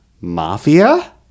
Mafia